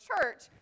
church